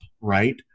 right